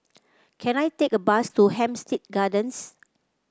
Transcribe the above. can I take a bus to Hampstead Gardens